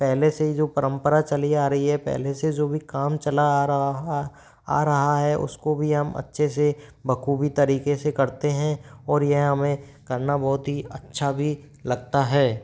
पहले से ही जो परम्परा चली आ रही है पहले से जो भी काम चला आ रहा आ रहा है उसको भी हम अच्छे से बखूबी तरीके से करते हैं और यह हमें करना बहुत ही अच्छा भी लगता है